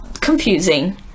confusing